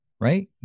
right